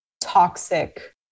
toxic